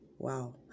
wow